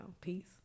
peace